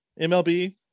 MLB